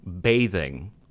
bathing